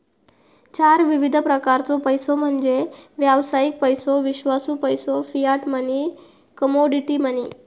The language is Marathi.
चार विविध प्रकारचो पैसो म्हणजे व्यावसायिक पैसो, विश्वासू पैसो, फियाट मनी, कमोडिटी मनी